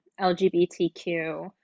LGBTQ